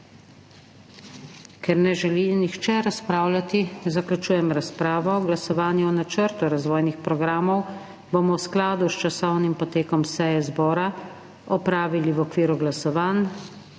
Ker ne želi nihče razpravljati, zaključujem razpravo. Glasovanje o načrtu razvojnih programov bomo v skladu s časovnim potekom seje zbora opravili v okviru glasovanj